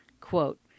Quote